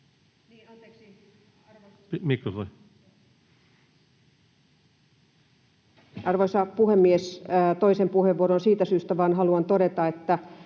Arvoisa puhemies! Toinen puheenvuoro vain siitä syystä, että haluan todeta, että